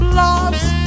lost